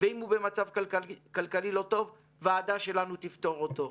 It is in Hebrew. ואם הוא במצב כלכלי לא טוב, ועדה שלנו תפטור אותו.